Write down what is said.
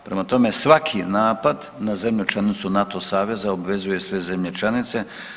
Prema tome, svaki napad na zemlju članicu NATO saveza obvezuje sve zemlje članice.